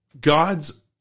God's